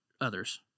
others